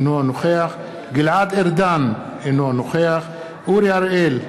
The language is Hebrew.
אינו נוכח גלעד ארדן, אינו נוכח אורי אריאל,